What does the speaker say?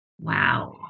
Wow